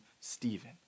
Stephen